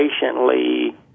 patiently